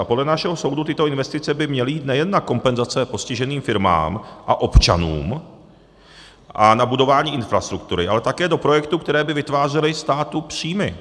A podle našeho soudu tyto investice by měly jít nejen na kompenzace postiženým firmám a občanům a na budování infrastruktury, ale také do projektů, které by vytvářely státu příjmy.